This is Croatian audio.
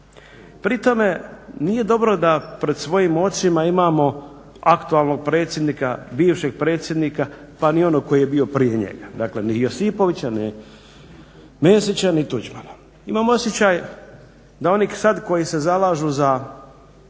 Pri tome nije dobro da pred svojim očima imamo aktualnog predsjednika bivšeg predsjednika pa ni onog koji je bio prije njega. Dakle, ni Josipovića ni Mesića ni Tuđmana. Imam osjećaj da oni sad koji se zalažu za